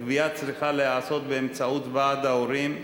הגבייה צריכה להיעשות באמצעות ועד ההורים.